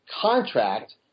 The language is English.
contract